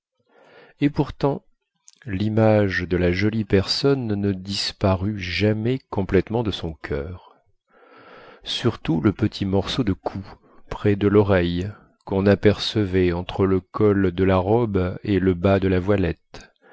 et pourtant limage de la jolie personne ne disparut jamais complètement de son coeur surtout le petit morceau de cou près de loreille quon apercevait entre le col de la robe et le bas de la voilette